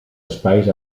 espais